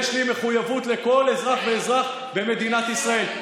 יש לי מחויבות לכל אזרח ואזרח במדינת ישראל.